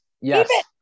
Yes